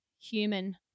human